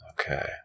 okay